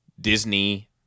Disney